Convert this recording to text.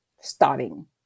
starting